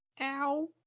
Ow